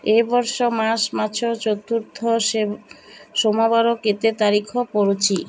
ଏ ବର୍ଷ ମାର୍ଚ୍ଚ ମାସ ଚତୁର୍ଥ ସୋମବାର କେତେ ତାରିଖ ପଡୁଛି